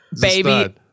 baby